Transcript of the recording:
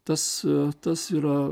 tas tas yra